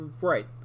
right